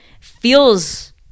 feels